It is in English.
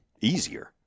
easier